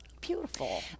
Beautiful